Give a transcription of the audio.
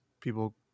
people